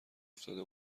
افتاده